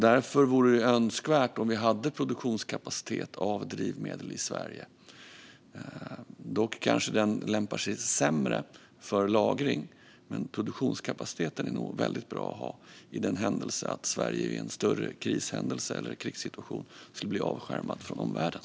Därför vore det önskvärt om vi hade produktionskapacitet av drivmedel i Sverige. Dock kanske den lämpar sig sämre för lagring, men produktionskapaciteten är nog väldigt bra att ha om Sverige vid en större krishändelse eller krigssituation skulle bli avskärmat från omvärlden.